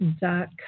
dot